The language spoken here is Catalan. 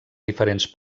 diferents